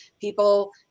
people